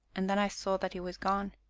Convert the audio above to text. and then i saw that he was gone.